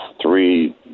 three